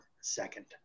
second